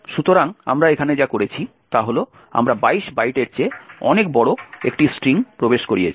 সুতরাং আমরা এখানে যা করেছি তা হল আমরা 22 বাইটের চেয়ে অনেক বড় একটি স্ট্রিং প্রবেশ করিয়েছি